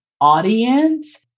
audience